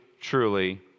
truly